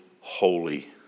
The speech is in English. holy